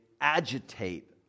agitate